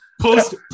Post